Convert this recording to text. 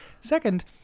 Second